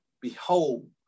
Behold